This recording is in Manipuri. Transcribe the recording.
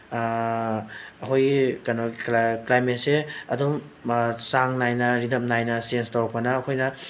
ꯑꯩꯈꯣꯏꯒꯤ ꯀꯩꯅꯣ ꯀ꯭ꯂꯥꯏꯃꯦꯠꯁꯦ ꯑꯗꯨꯝ ꯆꯥꯡ ꯅꯥꯏꯅ ꯔꯤꯗꯝ ꯅꯥꯏꯅ ꯆꯦꯟꯖ ꯇꯧꯔꯛꯄꯅ ꯑꯩꯈꯣꯏꯅ